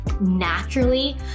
naturally